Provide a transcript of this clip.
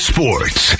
Sports